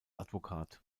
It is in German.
advokat